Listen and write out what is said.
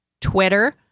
Twitter